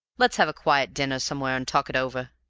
let's have a quiet dinner somewhere and talk it over.